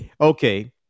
okay